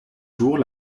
jour